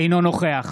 אינו נוכח